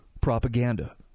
propaganda